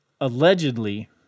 allegedly